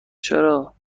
چرا